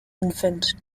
infant